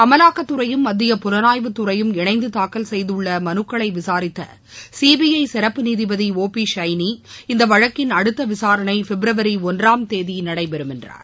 அமலாக்கத்துறையும் மத்திய புலனாய்வு துறையும் இணைந்து தாக்கல் செய்துள்ள மனுக்களை விசாரித்த சிபிஐ சிறப்பு நீதிபதி ஒ பி சைனி இந்த வழக்கின் அடுத்த விசாரணை பிப்ரவரி ஒன்றாம் தேதி நடடபெறும் என்றார்